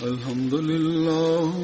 Alhamdulillah